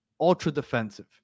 ultra-defensive